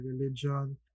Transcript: religion